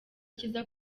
cyiza